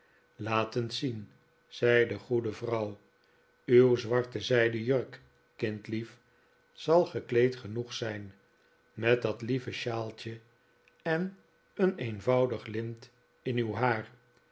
eens zien zei de goede vrouw uw zwarte zij den jurk kindlief zal gekleed genoeg zijn met dat lieve shawltje en een eenvoudig lint in uw haar